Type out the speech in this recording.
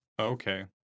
Okay